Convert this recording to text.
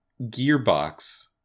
Gearbox